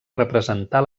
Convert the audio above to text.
representar